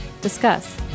Discuss